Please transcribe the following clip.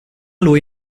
lui